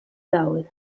dawl